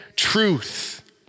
truth